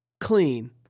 clean